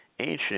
Ancient